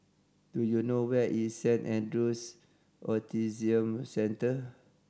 do you know where is Saint Andrew's Autism Centre